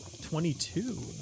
Twenty-two